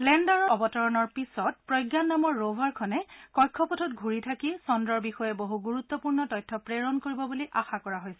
লেণ্ডাৰৰ অৱতৰণৰ পিচত প্ৰজ্ঞান নামৰ ৰভাৰ খনে কক্ষপথত ঘূৰি থাকি চন্দ্ৰৰ বিষয়ে বহু গুৰুত্বপূৰ্ণ তথ্য প্ৰেৰণ কৰিব বুলি আশা কৰা হৈছে